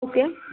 okay